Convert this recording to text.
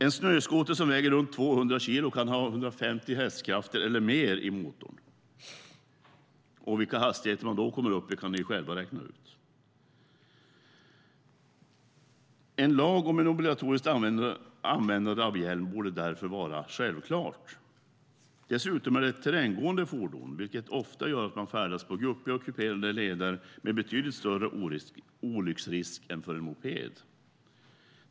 En snöskoter som väger runt 200 kilo kan ha 150 hästkrafter eller mer i motorn. Vilka hastigheter man då kommer upp i kan ni själva räkna ut. En lag om obligatoriskt användande av hjälm borde därför vara något självklart. Dessutom är det ett terränggående fordon, vilket ofta gör att man färdas på guppiga och kuperade leder med betydligt större olycksrisk än för en moped.